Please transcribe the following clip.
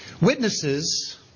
Witnesses